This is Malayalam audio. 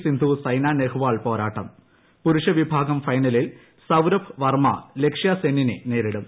സിന്ധു സൈന നെഹ്വാൾ പോരാട്ടം പുരുഷ വിഭാഗം ഫൈനലിൽ സൌരഭ് വർമ്മ ലക്ഷ്യാസെന്നിനെ നേരിടും